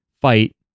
fight